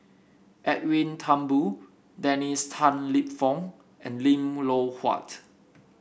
Edwin Thumboo Dennis Tan Lip Fong and Lim Loh Huat